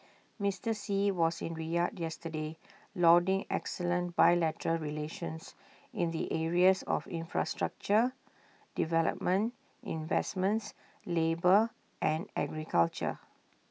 Mister Xi was in Riyadh yesterday lauding excellent bilateral relations in the areas of infrastructure development investments labour and agriculture